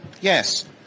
yes